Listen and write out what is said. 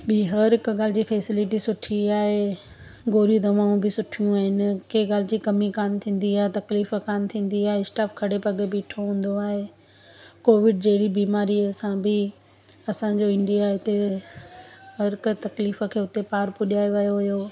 ॿी हर हिक ॻाल्हि जी फैसिलिटी सुठी आहे गोरियूं दवाऊं बि सुठियूं आहिनि कंहिं ॻाल्हि जी कमी कान थींदी आहे तकलीफ़ कान थींदी आहे स्टाफ खड़े पॻु बीठो हूंदो आहे कोविड जहिड़ी बीमारी सां बि असांजो इंडिया हिते हर हिक तकलीफ़ खे हुते पार पुॼाए वियो हुयो